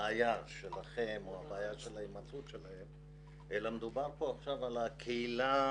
הבעיה שלכם או על הבעיה של ההימצאות שלהם אלא מדובר כאן עכשיו על קהילה